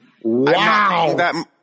Wow